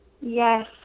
yes